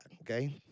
okay